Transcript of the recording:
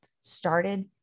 started